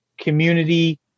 community